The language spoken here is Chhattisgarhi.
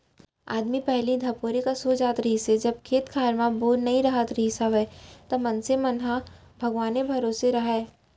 आदमी पहिली धपोरे कस हो जात रहिस हे जब खेत खार म बोर नइ राहत रिहिस हवय त मनसे मन ह भगवाने भरोसा राहय